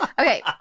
Okay